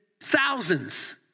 thousands